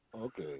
Okay